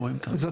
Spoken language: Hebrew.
(מציג מצגת) יש